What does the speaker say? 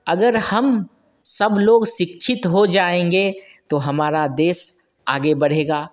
अगर हम सब लोग शिक्षित हो जाएँगे तो हमारा देश आगे बढ़ेगा